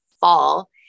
fall